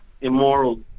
immoral